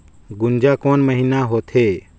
गुनजा कोन महीना होथे?